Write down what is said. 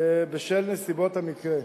בשל נסיבות המקרה.